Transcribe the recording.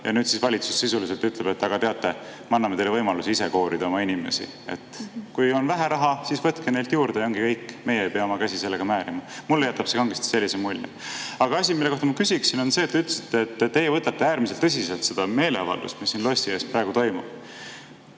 Ja nüüd siis valitsus sisuliselt ütleb, et teate, me anname teile võimaluse ise koorida oma inimesi. Kui on vähe raha, siis võtke neilt juurde, ja ongi kõik. Meie ei pea oma käsi määrima. Mulle jätab see kangesti sellise mulje. Aga asi, mille kohta ma küsin, on see. Te ütlesite, et teie võtate äärmiselt tõsiselt seda meeleavaldust, mis siin lossi ees praegu toimub.